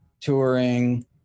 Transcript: touring